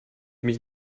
mich